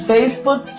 Facebook